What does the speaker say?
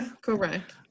Correct